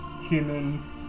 human